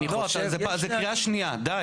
זו קריאה שנייה, די.